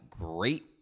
great